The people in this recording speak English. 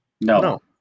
No